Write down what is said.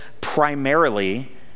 primarily